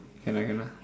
can ah can ah